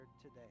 today